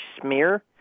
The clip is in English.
smear